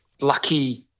lucky